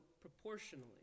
proportionally